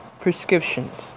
prescriptions